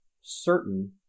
certain